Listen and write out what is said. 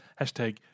Hashtag